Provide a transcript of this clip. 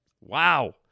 Wow